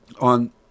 on